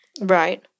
Right